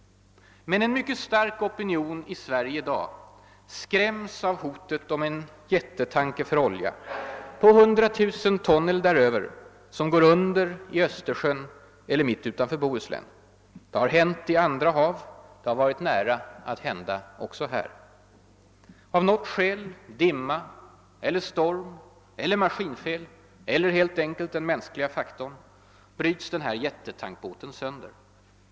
Men en mycket stark opinion i Sverige i dag skräms av hotet om en jättetankers för olja, på 100 000 ton eller däröver, som går under i Östersjön eller mitt utanför Bohuslän. Det har hänt i andra hav, det har varit nära att hända också här. Av något skäl — dimma eller storm eller maskinfel eller helt enkelt den mänskliga faktorn — bryts denna jättetankbåt sönder.